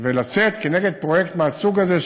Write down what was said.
ולצאת כנגד פרויקט מהסוג הזה,